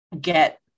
get